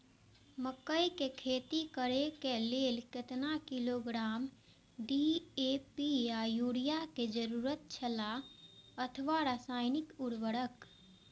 मकैय के खेती करे के लेल केतना किलोग्राम डी.ए.पी या युरिया के जरूरत छला अथवा रसायनिक उर्वरक?